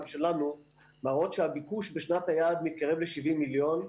שלנו מראות שהביקוש בשנת היעד מתקרב ל-70 מיליון,